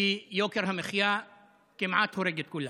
כי יוקר המחיה כמעט הורג את כולם.